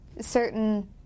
certain